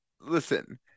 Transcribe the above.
listen